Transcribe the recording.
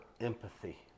empathy